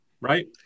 right